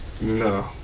No